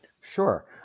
Sure